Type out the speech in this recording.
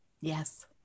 Yes